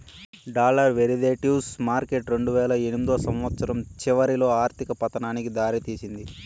dollar derivatives market రెండువేల ఎనిమిదో సంవచ్చరం చివరిలో ఆర్థిక పతనానికి దారి తీసింది